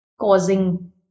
causing